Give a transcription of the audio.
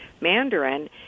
Mandarin